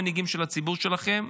המנהיגים של הציבור שלכם,